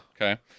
Okay